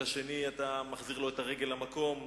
ולשני אתה מחזיר את הרגל למקום.